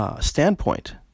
standpoint